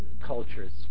Cultures